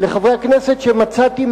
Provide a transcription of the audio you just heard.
לחברי הכנסת שמצאתי